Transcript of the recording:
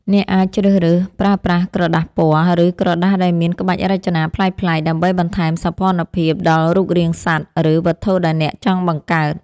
អ្នកអាចជ្រើសរើសប្រើប្រាស់ក្រដាសពណ៌ ឬក្រដាសដែលមានក្បាច់រចនាប្លែកៗ ដើម្បីបន្ថែមសោភ័ណភាពដល់រូបរាងសត្វ ឬវត្ថុដែលអ្នកចង់បង្កើត។